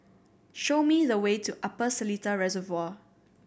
show me the way to Upper Seletar Reservoir